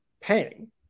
paying